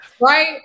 right